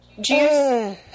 juice